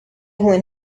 when